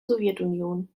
sowjetunion